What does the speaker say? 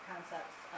concepts